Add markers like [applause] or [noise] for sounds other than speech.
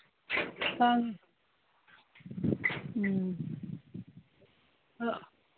ꯑꯪ ꯎꯝ [unintelligible]